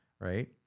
right